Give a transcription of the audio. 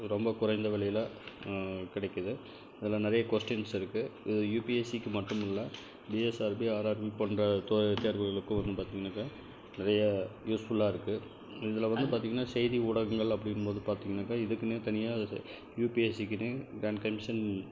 ரொம்ப குறைந்த விலையில் கிடைக்குது அதில் நிறைய கொஸ்டின்ஸ் இருக்குது இது யூபிஎஸ்சிக்கு மட்டும் இல்லை பிஎஸ்ஆர்பி ஆர்ஆர்பி போன்ற தொ தேர்வுகளுக்கும் வந்து பார்த்திங்கனாக்கா நிறைய யூஸ்ஃபுல்லாக இருக்குது இதில் வந்து பார்த்திங்கன்னா செய்தி ஊடகங்கள் அப்படிங்கும்போது பார்த்திங்கனாக்கா இதுக்குன்னே தனியாக யூபிஎஸ்சிக்குனே க்ராண்ட் கமிஷன்